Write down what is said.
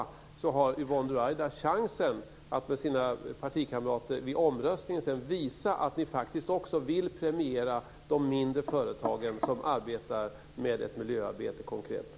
Därmed har Yvonne Ruwaida chansen att med sina partikamrater i omröstningen visa att ni faktiskt vill premiera de mindre företagen som arbetar med ett konkret miljöarbete.